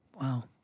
Wow